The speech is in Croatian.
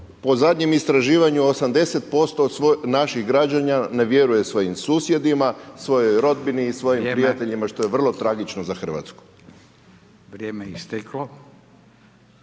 Po zadnjem istraživanju 80% naših građana ne vjeruje svojim susjedima, svojoj rodbini i svojim prijateljima, što je vrlo tragično za Hrvatsku. **Radin,